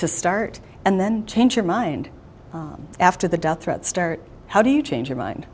to start and then change your mind after the death threats start how do you change your mind